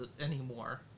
anymore